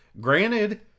granted